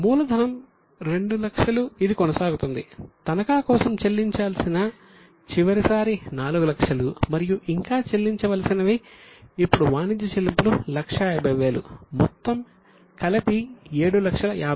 మూలధనం 200000 ఇది కొనసాగుతుంది తనఖా కోసం చెల్లించాల్సిన చివరిసారి 400000 మరియు ఇంకా చెల్లించవలసినవి ఇప్పుడు వాణిజ్య చెల్లింపులు 150000 మొత్తం కలిపి 750000